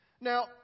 Now